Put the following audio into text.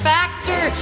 Factor